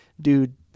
Dude